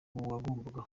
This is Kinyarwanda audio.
uwagombaga